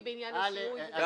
אני